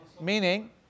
Meaning